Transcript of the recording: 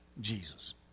Jesus